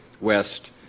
west